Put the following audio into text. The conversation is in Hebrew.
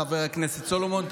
חבר הכנסת סולומון,